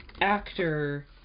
actor